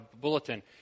bulletin